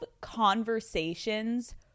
conversations